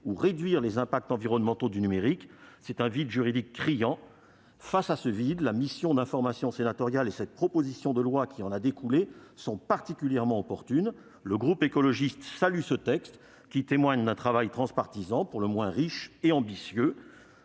de réduire les impacts environnementaux du numérique. C'est un vide juridique criant. Face à ce vide, la mission d'information sénatoriale et cette proposition de loi qui en a découlé sont particulièrement opportunes. Le groupe écologiste salue ce texte, qui témoigne d'un travail transpartisan pour le moins riche et ambitieux.